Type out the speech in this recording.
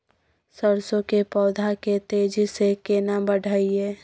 सरसो के पौधा के तेजी से केना बढईये?